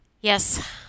Yes